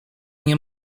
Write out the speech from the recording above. nie